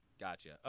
Gotcha